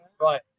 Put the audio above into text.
right